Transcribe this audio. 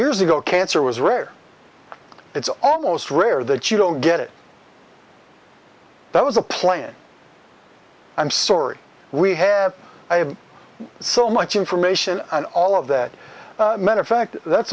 years ago cancer was rare it's almost rare that you don't get it that was a plant i'm sorries we have i have so much information and all of that meant a fact that's